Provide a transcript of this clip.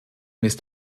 misst